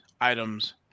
items